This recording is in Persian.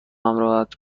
همراهت